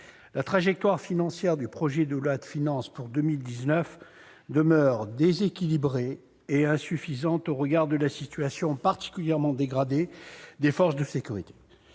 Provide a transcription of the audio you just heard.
la trajectoire financière du projet de loi de finances pour 2019 demeure déséquilibrée et insuffisante au regard de la situation particulièrement dégradée des forces de sécurité.